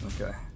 Okay